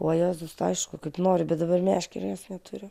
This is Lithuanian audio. o jėzus aišku kaip nori bet dabar meškerės neturiu